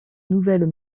nouvelles